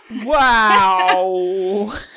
Wow